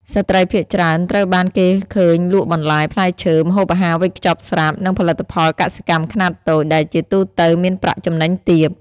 ស្ត្រីភាគច្រើនត្រូវបានគេឃើញលក់បន្លែ ផ្លែឈើ ម្ហូបអាហារវេចខ្ចប់ស្រាប់ និងផលិតផលកសិកម្មខ្នាតតូច ដែលជាទូទៅមានប្រាក់ចំណេញទាប។